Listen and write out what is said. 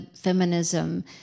feminism